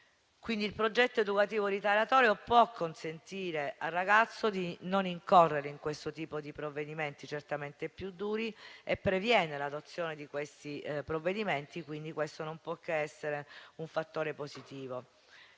famiglia. Il progetto educativo riparatorio può consentire al ragazzo di non incorrere in questo tipo di provvedimenti, certamente più duri, e previene l'adozione di questi provvedimenti. Questo non può che essere un fattore positivo.